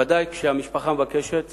בוודאי כשהמשפחה מבקשת,